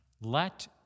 let